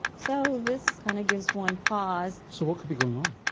so this kind of gives one pause. so what could be going on?